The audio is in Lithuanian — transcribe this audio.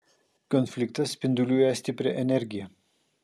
konfliktas spinduliuoja stiprią energiją